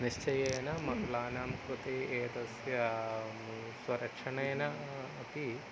निश्चयेन महिलानां कृते एतस्यां स्वरक्षणेन अपि